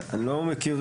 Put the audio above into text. אני לא מכיר